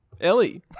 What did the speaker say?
Ellie